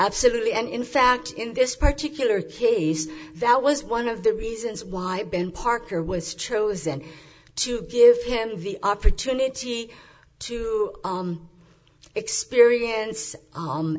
absolutely and in fact in this particular case that was one of the reasons why i've been parker was chosen to give him the opportunity to experience